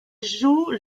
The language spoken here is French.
jouent